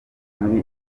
muri